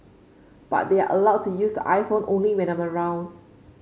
but they are allowed to use the iPhone only when I'm around